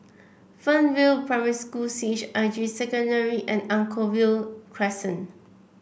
Fernvale Primary School C H I J Secondary and Anchorvale Crescent